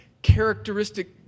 Characteristic